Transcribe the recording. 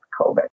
COVID